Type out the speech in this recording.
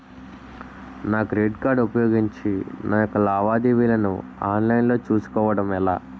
నా credit card ఉపయోగించి నా యెక్క లావాదేవీలను ఆన్లైన్ లో చేసుకోవడం ఎలా?